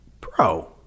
bro